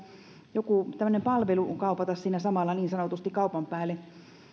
joku tämmöinen palvelu kaupata siinä samalla niin sanotusti kaupan päälle